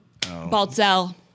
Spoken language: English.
Baltzell